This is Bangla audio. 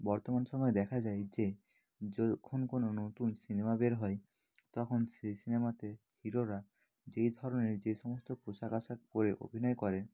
বর্তমান সময়ে দেখা যায় যে যখন কোনো নতুন সিনেমা বের হয় তখন সেই সিনেমাতে হিরোরা যেই ধরনের যে সমস্ত পোশাক আশাক পরে অভিনয় করেন